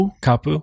Kapu